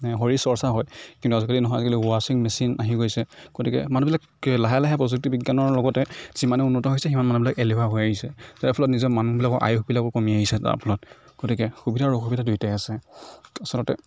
মানে শৰীৰ চৰ্চা হয় কিন্তু আজিকালি নহয় আজিকালি ৱাচিং মেচিন আহি গৈছে গতিকে মানুহবিলাক লাহে লাহে প্ৰযুক্তিবিজ্ঞানৰ লগতে যিমানেই উন্নত হৈছে সিমান মানুহবিলাক এলেহুৱা হৈ আহিছে তাৰফলত নিজৰ মানুহবিলাকৰ আয়ুসবিলাকো কমি আহিছে তাৰফলত গতিকে সুবিধা আৰু অসুবিধা দুয়োটাই আছে আচলতে